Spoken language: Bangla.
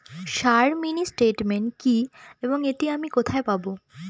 স্যার মিনি স্টেটমেন্ট কি এবং এটি আমি কোথায় পাবো?